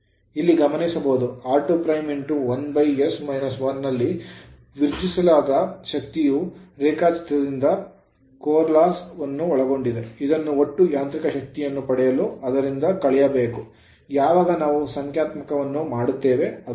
ಇಲ್ಲಿ ಗಮನಿಸಬಹುದು r2' 1 s - 1 ನಲ್ಲಿ ವಿಸರ್ಜಿಸಲಾದ ಶಕ್ತಿಯು ರೇಖಾಚಿತ್ರದಿಂದ 8 ಬಿ core loss ಪ್ರಮುಖ ನಷ್ಟ ವನ್ನು ಒಳಗೊಂಡಿದೆ ಇದನ್ನು ಒಟ್ಟು ಯಾಂತ್ರಿಕ ಶಕ್ತಿಯನ್ನು ಪಡೆಯಲು ಅದರಿಂದ ಕಳೆಯಬೇಕು ಯಾವಾಗ ನಾವು ಸಂಖ್ಯಾತ್ಮಕವನ್ನು ಮಾಡುತ್ತೇವೆ